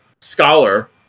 scholar